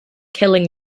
killing